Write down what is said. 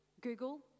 Google